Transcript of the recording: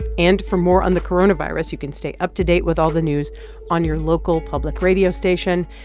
and for more on the coronavirus, you can stay up to date with all the news on your local public radio station.